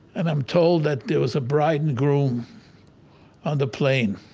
and i'm told that there was a bride and groom on the plane